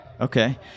Okay